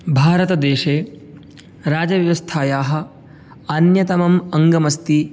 भारतदेशे राजव्यवस्थायाः अन्यतमम् अङ्गम् अस्ति